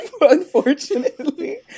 unfortunately